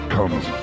Comes